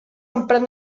emprar